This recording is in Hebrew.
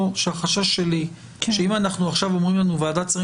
החשש שלי שאם עכשיו אומרים לנו שוועדת השרים